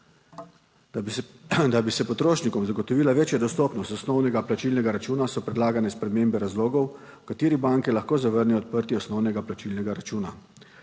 Da bi se potrošnikom zagotovila večja dostopnost osnovnega plačilnega računa so predlagane spremembe razlogov, v katerih banke lahko zavrnejo odprtje osnovnega plačilnega računa.